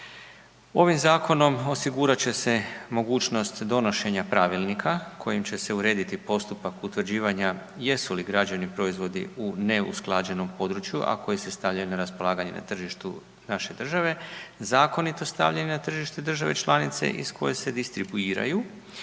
Ovim Zakonom osigurat će se mogućnost donošenja Pravilnika kojim će se urediti postupak utvrđivanja jesu li građevni proizvodi u neusklađenom području a koji se stavljaju na raspolaganje na tržištu naše države, zakonito stavljeni na tržište države članice iz koje se distribuiraju